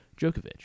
Djokovic